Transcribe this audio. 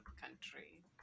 country